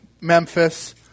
Memphis